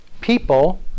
people